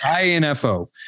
info